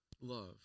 love